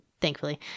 thankfully